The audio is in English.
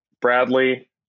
Bradley